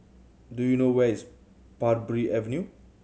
do you know where is Parbury Avenue